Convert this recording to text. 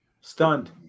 Stunned